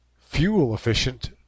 fuel-efficient